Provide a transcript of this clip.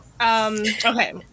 okay